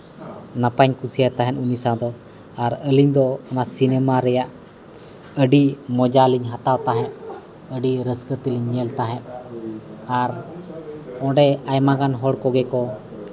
ᱱᱟᱯᱟᱭᱤᱧ ᱠᱩᱥᱤᱭᱟ ᱛᱟᱦᱮᱸᱫ ᱩᱱᱤ ᱥᱟᱶ ᱫᱚ ᱟᱨ ᱟᱹᱞᱤᱧ ᱫᱚ ᱚᱱᱟ ᱥᱤᱱᱮᱹᱢᱟ ᱨᱮᱭᱟᱜ ᱟᱹᱰᱤ ᱢᱚᱡᱟ ᱞᱤᱧ ᱦᱟᱛᱟᱣ ᱛᱟᱦᱮᱸᱫ ᱟᱹᱰᱤ ᱨᱟᱹᱥᱠᱟᱹ ᱛᱮᱞᱤᱧ ᱧᱮᱞ ᱛᱟᱦᱮᱸᱫ ᱟᱨ ᱚᱸᱰᱮ ᱟᱭᱢᱟ ᱜᱟᱱ ᱦᱚᱲ ᱠᱚᱜᱮ ᱠᱚ